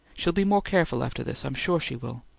she'll be more careful after this, i'm sure she will.